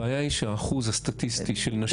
הבעיה היא שהאחוז הסטטיסטי של נשים,